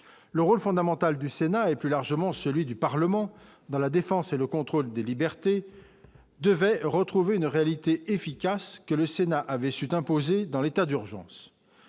le rôle fondamental du Sénat et plus largement celui du Parlement dans la défense et le contrôle des libertés devait retrouver une réalité efficace que le Sénat avait su imposer dans l'état d'urgence,